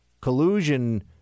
collusion